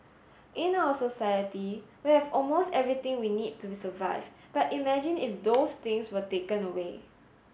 in our society we have almost everything we need to survive but imagine if those things were taken away